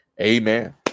Amen